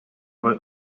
about